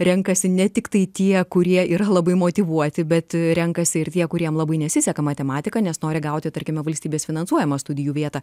renkasi ne tiktai tie kurie yra labai motyvuoti bet renkasi ir tie kuriem labai nesiseka matematika nes nori gauti tarkime valstybės finansuojamą studijų vietą